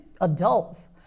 adults